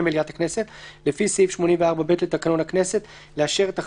מליאת הכנסת לפי סעיף 84(ב) לתקנון הכנסת,